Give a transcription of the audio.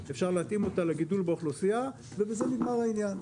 אפשר להתאים אותה לגידול באוכלוסייה ובזה נגמר העניין.